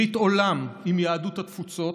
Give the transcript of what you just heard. ברית עולם עם יהדות התפוצות,